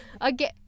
Again